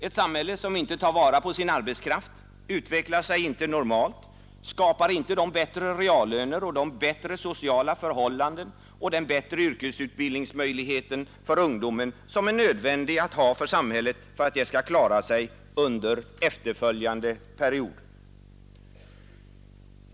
Ett samhälle som inte tar vara på sin arbetskraft utvecklar sig inte normalt, skapar inte de bättre reallöner, de bättre sociala förhållanden och de bättre yrkesutbildningsmöjligheter för ungdomen som är nödvändiga att ha för att samhället skall klara sig bra under efterföljande period.